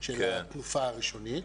של התנופה הראשונית.